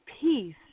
peace